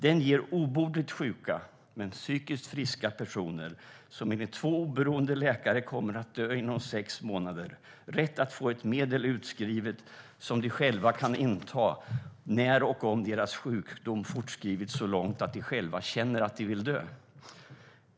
Den ger obotligt sjuka men psykiskt friska människor, som enligt två oberoende läkare kommer att dö inom sex månader, rätt att få ett medel utskrivet som de själva kan inta när deras sjukdom fortskridit så långt att de själva känner att de vill dö.